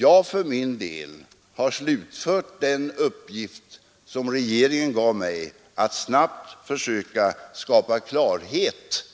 Jag har för min del slutfört den uppgift som regeringen gav mig att snabbt försöka skapa klarhet